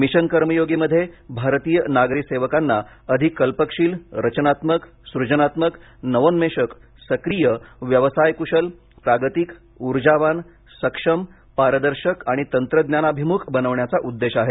mission कर्मयोगीमध्ये भारतीय नागरी सेवकांना अधिक कल्पकशील रचनात्मक सृजनात्मक नवोन्मेषक सक्रिय व्यवसायकुशल प्रागतिक उर्जावान सक्षम पारदर्शक आणि तंत्रज्ञानाभिमुख बनवण्याचा उद्देश आहे